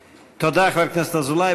תודה, חבר הכנסת אזולאי.